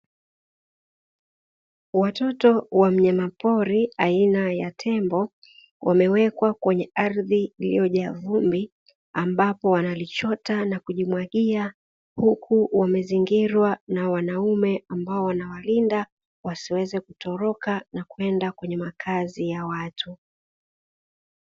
Watoto wa mnyama pori aina ya tembo wamewekwa kwenye ardhi yenye vumbi ambapo wanalichota na kujimwagia, huku wamezingirwa na wanaume ambao wanawalinda wasiweze kutoroka na kwenda kwenye makazi ya watu.